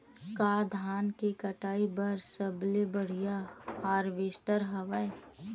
का धान के कटाई बर सबले बढ़िया हारवेस्टर हवय?